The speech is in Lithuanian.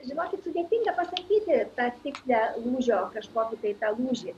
žinokit sudėtinga pasakyti tą tikslią lūžio kažkokį tai tą lūžį